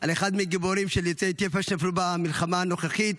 על אחד מהגיבורים יוצאי אתיופיה שנפלו במלחמה הנוכחית.